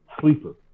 sleeper